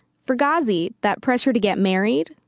for ghazi, that pressure to get married?